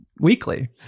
weekly